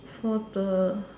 for the